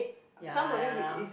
ya ya ya